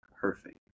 perfect